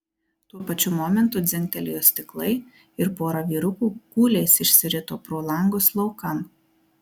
tuo pačiu momentu dzingtelėjo stiklai ir pora vyrukų kūliais išsirito pro langus laukan